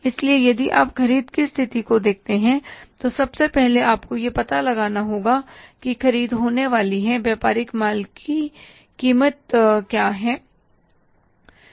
इसलिए यदि आप ख़रीद की स्थिति को देखते हैं तो सबसे पहले आपको यह पता लगाना होगा कि क्या ख़रीद होने वाली है व्यापारिक माल की कीमत क्या है